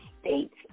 state's